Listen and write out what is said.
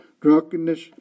drunkenness